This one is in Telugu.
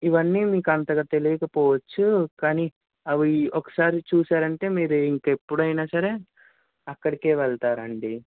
ఇవన్నీ మీకు అంతగా తెలియక పోవచ్చు కాని అవి ఒకసారి చూసారంటే మీరు ఇంక ఎప్పుడైనా సరే అక్కడికే వెళ్తారండి